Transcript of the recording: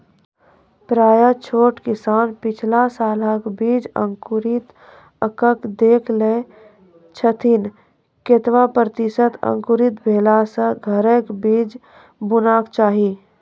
प्रायः छोट किसान पिछला सालक बीज अंकुरित कअक देख लै छथिन, केतबा प्रतिसत अंकुरित भेला सऽ घरक बीज बुनबाक चाही?